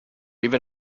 even